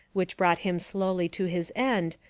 which brought him slowly to his end,